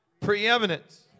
preeminence